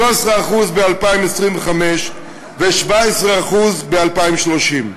%13 ב-2025 ו-17% ב-2030.